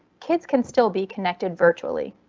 kids can still be connected virtually.